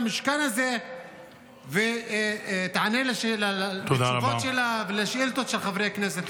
למשכן הזה ולענות תשובות על שאילתות של חברי הכנסת.